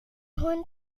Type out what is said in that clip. hund